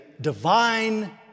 divine